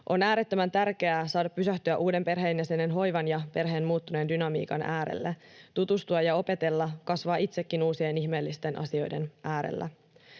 On äärettömän tärkeää saada pysähtyä uuden perheenjäsenen hoivan ja perheen muuttuneen dynamiikan äärelle, tutustua ja opetella, kasvaa itsekin uusien ihmeellisten asioiden äärellä.